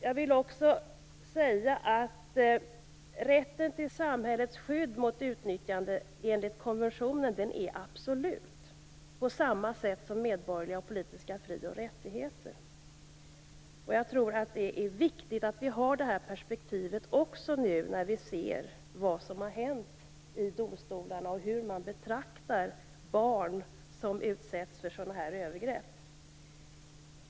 Jag vill också säga att rätten till samhällets skydd mot utnyttjande enligt konventionen är absolut, på samma sätt som medborgerliga och politiska fri och rättigheter. Jag tror att det är viktigt att vi har det här perspektivet också nu, när vi ser vad som har hänt i domstolarna och hur man betraktar barn som utsätts för sådana här övergrepp.